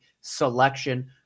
selection